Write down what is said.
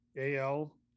AL